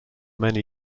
many